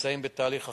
נמצאים בתהליך הכשרה,